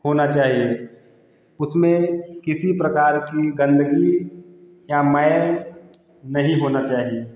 होना चाहिए उसमें किसी प्रकार की गंदगी या मैल नहीं होना चाहिए